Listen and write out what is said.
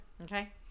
okay